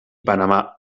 panamà